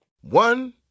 One